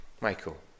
Michael